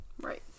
Right